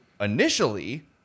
initially